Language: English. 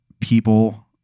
people